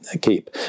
keep